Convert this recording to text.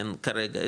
כרגע,